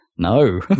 no